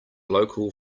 local